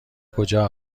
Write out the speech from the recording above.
کجا